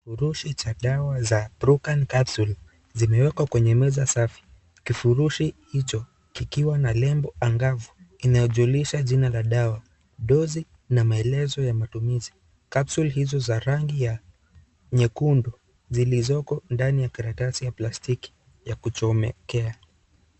Kifurushi cha dawa za procan capsule zimewekwa kwenye meza safi. Kifurushi hicho kikiwa na nembo angavu inayojulisha jina la dawa, dosi na maelezo ya matumizi. Capsule hizo za rangi ya nyekundu zilizoko ndani ya karatasi ya plastiki ya kuchomekea.